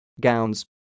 gowns